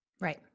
Right